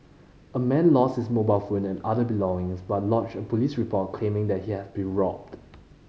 a man lost his mobile phone and other belongings but lodged a police report claiming he had been robbed